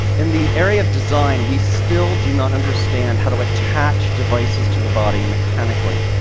in the area of design, we still do not understand how to attach devices to the body mechanically.